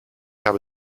habe